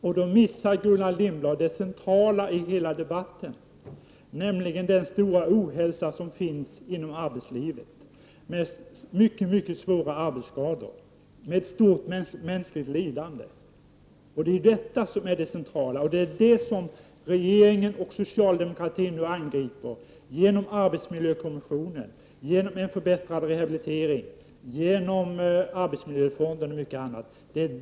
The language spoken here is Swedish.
Gullan Lindblad missar då det centrala i hela debatten, nämligen den stora ohälsa som finns inom arbetslivet, med mycket svåra arbetsskador och ett stort mänskligt lidande. Detta är det centrala och det som regeringen och socialdemokraterna nu angriper genom arbetsmiljökommissionen, genom en förbättring av rehabiliteringen, genom arbetsmiljöfonden och mycket annat.